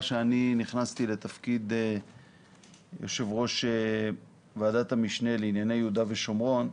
שאני נכנסתי לתפקיד יושב ראש ועדת המשנה לענייני יהודה ושומרון.